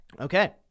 Okay